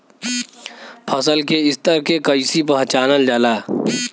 फसल के स्तर के कइसी पहचानल जाला